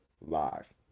live